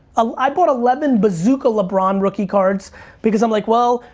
ah i bought eleven bazooka lebron rookie cards because i'm like, well,